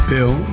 Bill